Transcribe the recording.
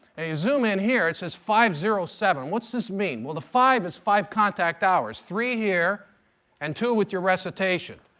zoom in here it says five zero seven. what's this mean? well the five is five contact hours. three here and two with your recitation.